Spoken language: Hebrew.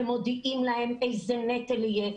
ומודיעים להם איזה נטל יהיה.